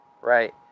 right